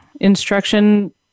instruction